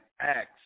Acts